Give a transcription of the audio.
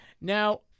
Now